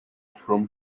from